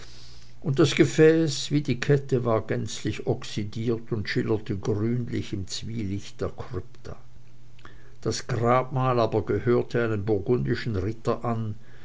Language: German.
und das gefäß wie die kette war gänzlich oxydiert und schillerte grünlich im zwielicht der krypta das grabmal aber gehörte einem burgundischen ritter an